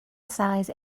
size